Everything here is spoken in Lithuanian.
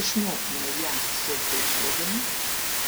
išmokime ją solfedžiuodami